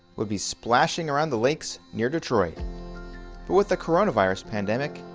would be splashing around the lakes near detroit. but with the coronavirus pandemic,